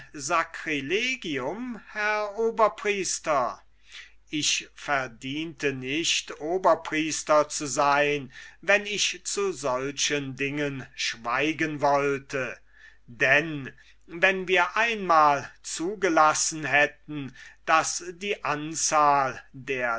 herr oberpriester ich verdiente nicht oberpriester zu sein wenn ich zu solchen dingen schweigen wollte denn wenn wir einmal zugelassen hätten daß die anzahl der